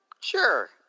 Sure